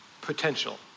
potential